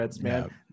man